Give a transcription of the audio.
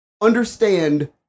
understand